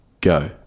Go